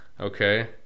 okay